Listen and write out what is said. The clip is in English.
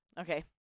Okay